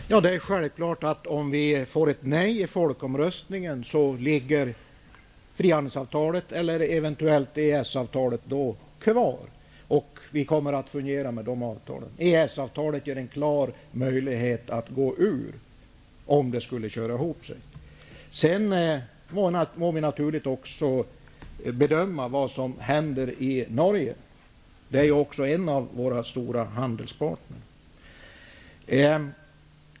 Herr talman! Det är självklart att om vi får ett nej i folkomröstningen, ligger frihandelsavtalet -- eller eventuellt ESS-avtalet -- kvar. Vi kommer att fungera med de avtalen. EES-avtalet ger oss en klar möjlighet att gå ur, om det skulle köra ihop sig. Sedan får vi naturligtvis också bedöma vad som händer i Norge. Det är ju också en av våra stora handelspartner.